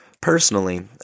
Personally